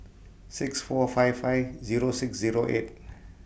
six four five five Zero six Zero eight